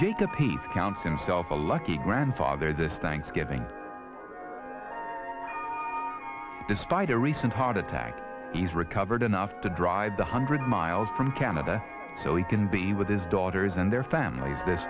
jake a piece counts in self a lucky grandfather this thanksgiving despite a recent heart attack he's recovered enough to drive a hundred miles from canada so he can be with his daughters and their families th